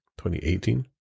2018